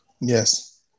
Yes